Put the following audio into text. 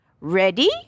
Ready